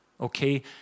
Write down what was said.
Okay